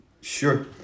sure